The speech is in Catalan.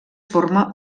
forma